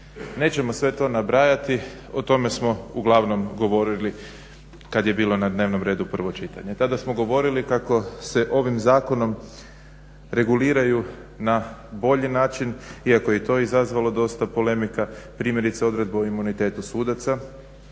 Nećemo sve to nabrajati, o tome smo uglavnom govorili kad je bilo na dnevnom redu prvo čitanje. Tada smo govorili kako se ovim zakonom reguliraju na bolji način, iako je i to izazvalo dosta polemika, primjerice odredba o imunitetu sudaca